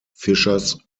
fischers